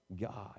God